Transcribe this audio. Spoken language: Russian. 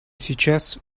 сейчас